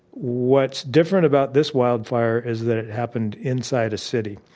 what's different about this wildfire is that it happened inside a city.